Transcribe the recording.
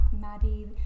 Maddie